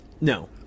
no